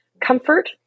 comfort